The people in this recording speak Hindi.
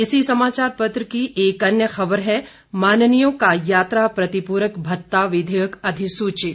इसी समाचार पत्र की एक अन्य ख़बर है माननीयों का यात्रा प्रतिपूरक भत्ता विधेयक अधिसूचित